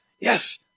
Yes